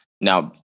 Now